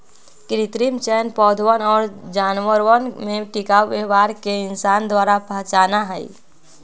कृत्रिम चयन पौधवन और जानवरवन में टिकाऊ व्यवहार के इंसान द्वारा पहचाना हई